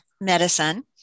medicine